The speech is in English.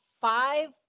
five